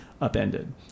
upended